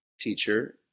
Teacher